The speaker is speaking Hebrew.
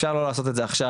אפשר לא לעשות את זה עכשיו,